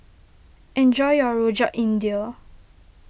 enjoy your Rojak India